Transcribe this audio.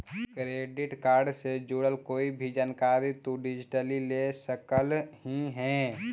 credit card से जुड़ल कोई भी जानकारी तु डिजिटली ले सकलहिं हे